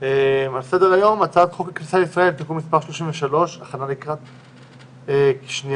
על סדר היום הצעת חוק הכניסה לישראל (תיקון מס' 33) הכנה לקריאה שנייה